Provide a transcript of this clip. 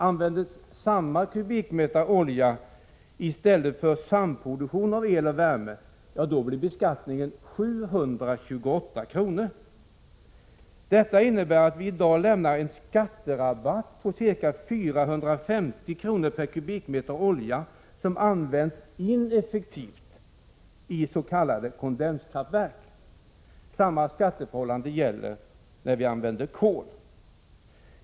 Används samma kubikmeter olja i stället för samproduktion av el och värme, blir beskattningen 728 kr. Detta innebär att vi i dag lämnar en skatterabatt på ca 450 kr. per kubikmeter olja som används ineffektivt i s.k. kondenskraftverk. Samma skatteförhållande gäller när vi använder kol.